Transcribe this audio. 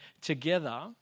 together